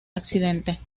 accidente